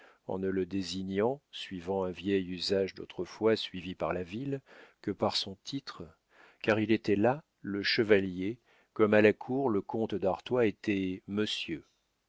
en ne le désignant suivant un vieil usage d'autrefois suivi par la ville que par son titre car il était là le chevalier comme à la cour le comte d'artois était monsieur